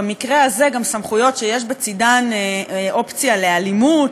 במקרה הזה גם סמכויות שיש בצדן אופציה לאלימות,